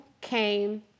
came